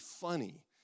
funny